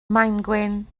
maengwyn